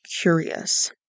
curious